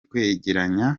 kwegeranya